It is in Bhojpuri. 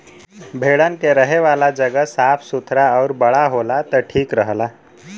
भेड़न के रहे वाला जगह साफ़ सुथरा आउर बड़ा होला त ठीक रहला